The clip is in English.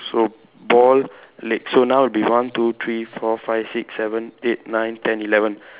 so ball leg so now will be one two three four five six seven eight nine ten eleven